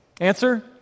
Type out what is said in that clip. Answer